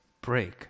break